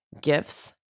gifts